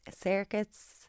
circuits